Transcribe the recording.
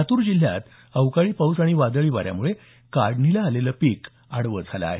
लातूर जिल्ह्यात अवकाळी पाऊस आणि वादळी वाऱ्यामुळे काढणीला आलेल पीक आडवं झालं आहे